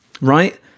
Right